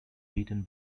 beaten